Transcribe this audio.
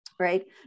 right